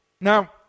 Now